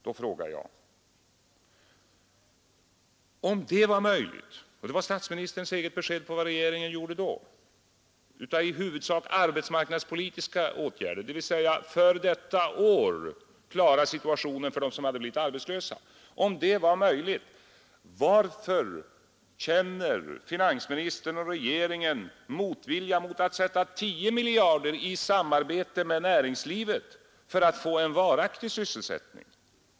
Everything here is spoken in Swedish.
Då frågar jag: Om det var möjligt — och det var statsministerns eget besked om vad regeringen gjorde när det gällde i huvudsak arbetsmarknadspolitiska åtgärder, dvs. för att det aktuella året klara situationen för dem som blivit arbetslösa — varför känner finansministern och regeringen motvilja mot att sätta in 10 miljarder i samarbete med näringslivet för att få en varaktig sysselsättning?